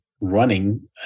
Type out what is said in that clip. Running